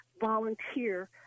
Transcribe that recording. volunteer